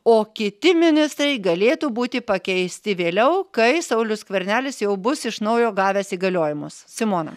o kiti ministrai galėtų būti pakeisti vėliau kai saulius skvernelis jau bus iš naujo gavęs įgaliojimus simona